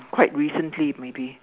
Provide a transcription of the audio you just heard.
quite recently maybe